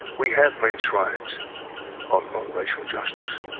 we have made strides on on racial justice,